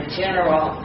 general